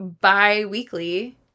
bi-weekly